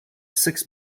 six